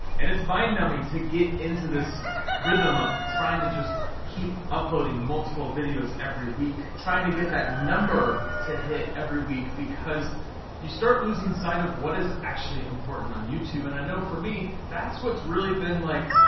and it's mind-numbing to get into this rhythm of trying to just keep uploading multiple videos every week, trying to get that number to hit every week, because you start losing sight of what is actually important on youtube, and i know for me that's what's really been, like,